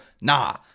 Nah